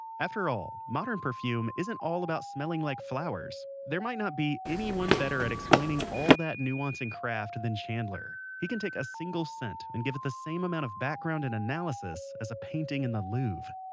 after all, modern perfume isn't all about smelling like flowers. there might not be anyone better at explaining all that nuance and craft than chandler. he can take a single scent and give it the same amount of background and analysis as a painting in the louvre